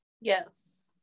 Yes